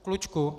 Klučku.